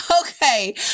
okay